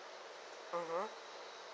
mmhmm